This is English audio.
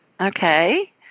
Okay